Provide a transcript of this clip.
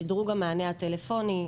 שידרוג המענה הטלפוני,